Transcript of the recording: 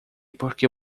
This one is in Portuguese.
porque